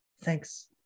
thanks